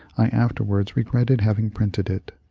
i afterwards regretted having printed it,